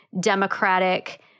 democratic